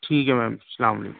ٹھیک ہے میم السلام علیکم